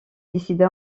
décida